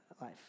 life